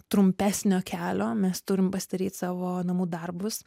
trumpesnio kelio mes turim pasidaryt savo namų darbus